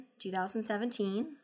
2017